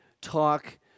talk